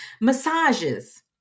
massages